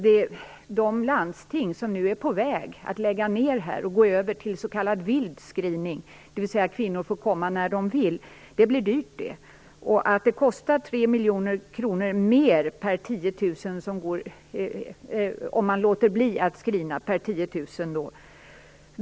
De landsting som nu är på väg att gå över till s.k. vild screening, dvs. att kvinnor får komma när de vill, får det dyrt. Det kostar 3 miljoner kronor mer per 10 000 om man låter bli att screenundersöka.